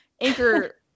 Anchor